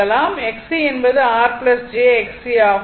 Xc என்பது R j Xc ஆகும்